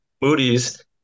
Moody's